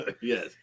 Yes